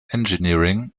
engineering